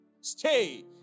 stay